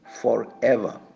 forever